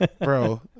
bro